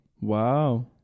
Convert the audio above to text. Wow